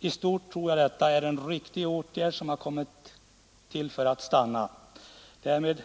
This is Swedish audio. I stort sett tror jag att detta är en riktig åtgärd som har kommit för att stanna kvar. Herr talman! Härmed